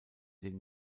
den